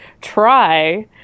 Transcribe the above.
try